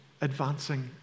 advancing